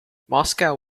moscow